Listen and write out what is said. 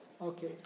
Okay